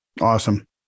Awesome